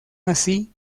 así